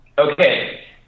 Okay